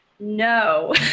No